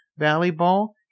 Volleyball